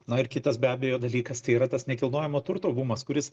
na ir kitas be abejo dalykas tai yra tas nekilnojamo turto bumas kuris